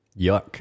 Yuck